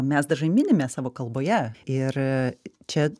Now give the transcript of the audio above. mes dažnai minime savo kalboje ir čia